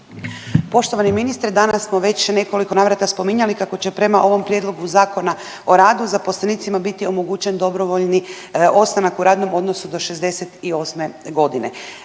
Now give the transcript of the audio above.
Poštovani ministre danas smo već u nekoliko navrata spominjali kako će prema ovom prijedlogu Zakona o radu zaposlenicima biti omogućen dobrovoljni ostanak u radnom odnosu do 68 godine.